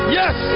yes